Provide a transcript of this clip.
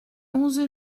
onze